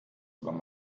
wenn